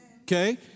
Okay